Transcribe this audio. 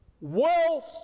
Wealth